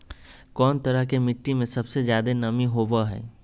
कौन तरह के मिट्टी में सबसे जादे नमी होबो हइ?